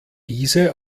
diese